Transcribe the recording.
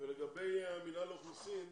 לגבי מינהל האוכלוסין,